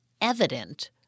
evident